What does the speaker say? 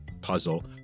puzzle